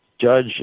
judge